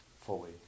fully